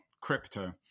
crypto